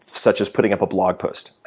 such as putting up a blog post.